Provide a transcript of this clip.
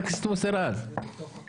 גם